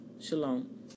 shalom